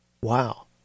Wow